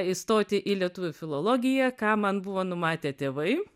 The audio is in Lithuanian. įstoti į lietuvių filologiją ką man buvo numatę tėvai